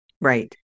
Right